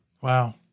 Wow